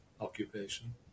occupation